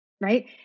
Right